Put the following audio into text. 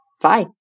Bye